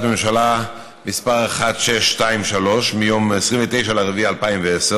ממשלה מס' 1623 מיום 29 באפריל 2010,